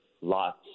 lots